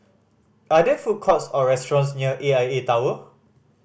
are there food courts or restaurants near A I A Tower